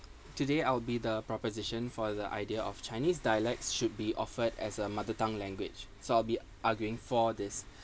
today I will be the proposition for the idea of chinese dialects should be offered as a mother tongue language so I'll be arguing for this